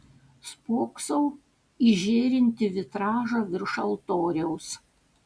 spoksau į žėrintį vitražą virš altoriaus